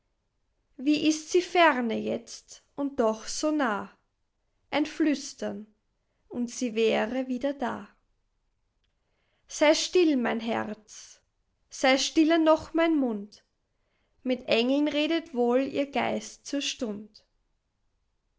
wie ist sie ferne jetzt und doch so nah ein flüstern und sie wäre wieder da sei still mein herz sei stiller noch mein mund mit engeln redet wohl ihr geist zur stund